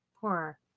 Poor